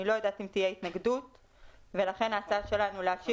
אני לא יודעת אם תהיה התנגדות ולכן ההצעה שלנו היא להשאיר